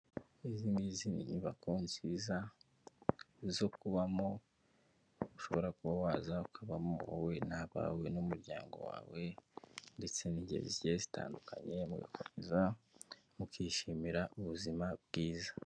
Izi ni izindi nyubako nziza zo kubamo ushobora kuba waza ukabamo wowe n'abawe n'umuryango wawe ndetse n'inge zi zitandukanye mukomeza mukishimira ubuzima bwiza.